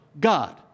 God